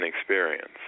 experience